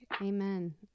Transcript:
Amen